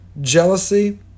Jealousy